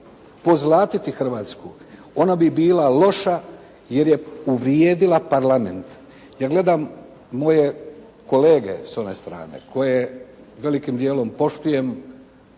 pozlatiti Hrvatsku. Ona bi bila loša jer je uvrijedila Parlament. Ja gledam moje kolege s one strane koje velikim dijelom poštujem